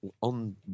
on